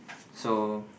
so